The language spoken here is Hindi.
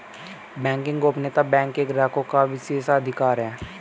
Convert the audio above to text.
बैंकिंग गोपनीयता बैंक के ग्राहकों का विशेषाधिकार है